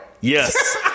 Yes